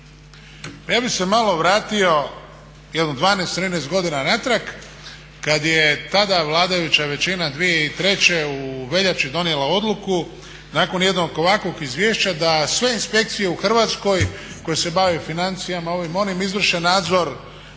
Ja bih se malo vratio jedno 12, 13 godina natrag kada je tada vladajuća većina 2003. u veljači donijela odluku nakon jednog ovakvog izvješća da sve inspekcije u Hrvatskoj koje se bave financijama, ovim, onim izvrše nadzor